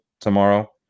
tomorrow